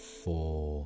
four